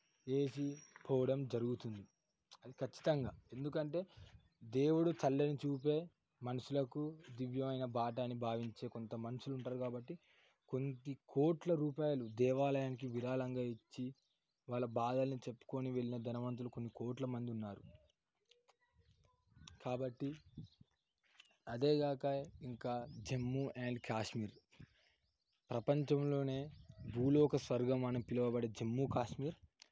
వేసి పోవడం జరుగుతుంది ఖచ్చితంగా ఎందుకంటే దేవుడు చల్లని చూపే మనుషులకు దివ్యమైన బాటని భావించే కొంత మనుషులు ఉంటారు కాబట్టి కొన్ని కోట్ల రూపాయలు దేవాలయానికి విరాళంగా ఇచ్చి వాళ్ళ బాధల్ని చెప్పుకొని వెళ్ళిన ధనవంతులు కొన్ని కోట్ల మంది ఉన్నారు కాబట్టి అదేగాక ఇంకా జమ్మూ అండ్ కాశ్మీర్ ప్రపంచంలోనే భూలోక స్వర్గం అని పిలువబడే జమ్మూ కాశ్మీర్